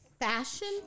fashion